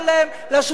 לשותפים,